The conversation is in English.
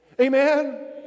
Amen